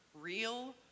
real